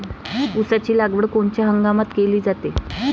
ऊसाची लागवड कोनच्या हंगामात केली जाते?